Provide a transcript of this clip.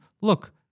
Look